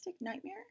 nightmare